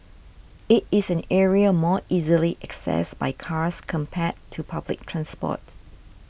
it is an area more easily accessed by cars compared to public transport